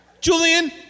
Julian